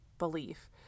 belief